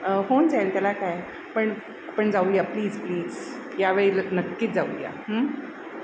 होऊन जाईल त्याला काय पण आपण जाऊया प्लीज प्लीज यावेळी नक्कीच जाऊया